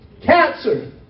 Cancer